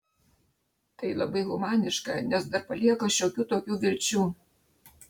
tai labai humaniška nes dar palieka šiokių tokių vilčių